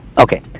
Okay